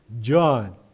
John